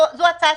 זו הצעה